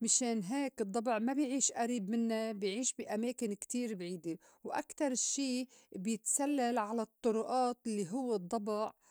مِشان هيك الضّبع ما بي عيش أريب مِنّا بي عيش بي أماكن كتير بعيدة وأكتر شي بيتسلّل على الطُّرُئات الّي هو الضّبع.